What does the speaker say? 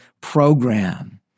program